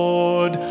Lord